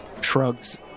shrugs